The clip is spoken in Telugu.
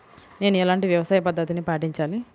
నేను ఎలాంటి వ్యవసాయ పద్ధతిని పాటించాలి?